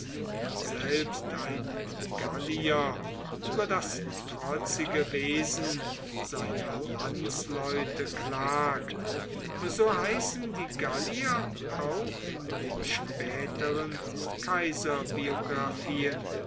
selbst ein gallier über das trotzige wesen seiner landsleute klagt so heißen die gallier auch in den späteren